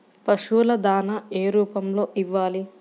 పశువుల దాణా ఏ రూపంలో ఇవ్వాలి?